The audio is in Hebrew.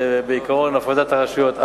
עקרון הפרדת הרשויות.